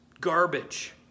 garbage